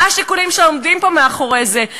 מה השיקולים שעומדים פה מאחורי זה?